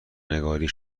نگاری